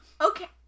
Okay